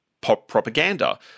propaganda